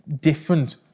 different